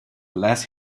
less